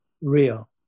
real